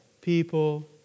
people